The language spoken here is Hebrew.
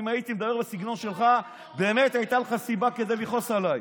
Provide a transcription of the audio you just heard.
אם הייתי מדבר בסגנון שלך באמת הייתה לך סיבה כדי לכעוס עליי,